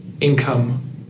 income